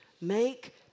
Make